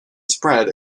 spread